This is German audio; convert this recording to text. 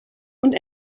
und